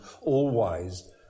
all-wise